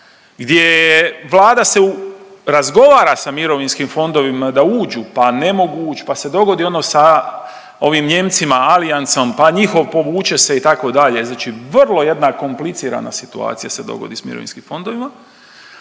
gdje Vlada se u razgovara sa mirovinskim fondovima da uđu, pa ne mogu uć, pa se dogodi ono sa ovim Nijemcima, Allianzom pa njihov povuće se itd., znači vrlo jedna komplicirana situacija se dogodi s mirovinskim fondovima